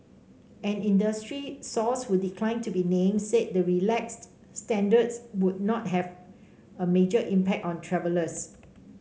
an industry source who declined to be named said the relaxed standards would not have a major impact on travellers